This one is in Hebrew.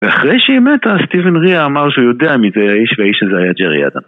ואחרי שהיא מתה, סטיבן ריה אמר שהוא יודע מי זה האיש, והאיש הזה היה ג'רי אדן.